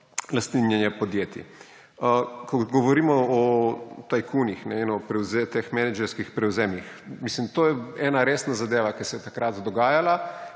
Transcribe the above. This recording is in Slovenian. lastninjenje podjetij. Ko govorimo o tajkunih in o menedžerskih prevzemih, mislim, to je ena resna zadeva, ki se je takrat dogajala.